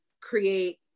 create